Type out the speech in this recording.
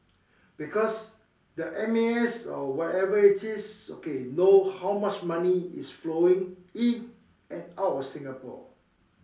because the M_A_S or whatever it is okay know how much money is flowing in and out of Singapore